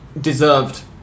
deserved